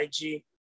ig